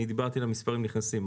אני דיברתי על מספר הנכנסים.